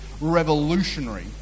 revolutionary